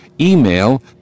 email